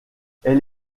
elle